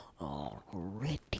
already